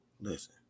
Listen